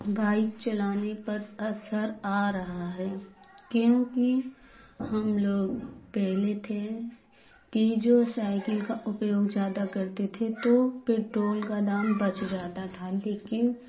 bike चलाने पर असर आ रहा है क्योंकि हम लोग पहले थे कि जो साइकिल का उपयोग ज़्यादा करते थे तो पेट्रोल का दाम बच जाता था लेकिन फिर